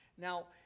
Now